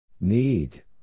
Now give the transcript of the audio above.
Need